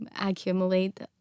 accumulate